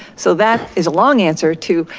so that is a long answer to,